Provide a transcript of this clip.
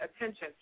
attention